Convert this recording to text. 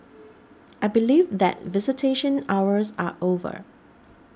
I believe that visitation hours are over